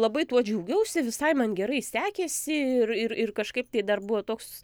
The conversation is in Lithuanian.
labai tuo džiaugiausi visai man gerai sekėsi ir ir ir kažkaip tai dar buvo toks